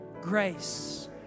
grace